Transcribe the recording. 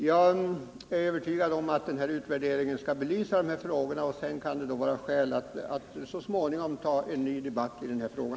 Jag är övertygad om att utvärderingen kommer att belysa de här frågorna. Sedan kan det vara skäl att så småningom ta upp en ny debatt i denna fråga.